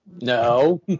No